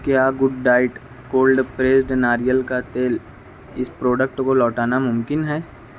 کیا Good Diet cold pressed ناریل کا تیل اس پروڈکٹ کو لوٹانا ممکن ہے